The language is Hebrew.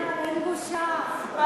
אין בושה.